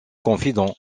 confident